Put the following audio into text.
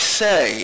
say